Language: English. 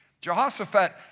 Jehoshaphat